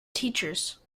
teachers